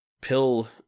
pill